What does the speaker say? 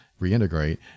reintegrate